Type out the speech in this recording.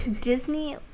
Disney